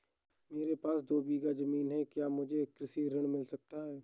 मेरे पास दो बीघा ज़मीन है क्या मुझे कृषि ऋण मिल सकता है?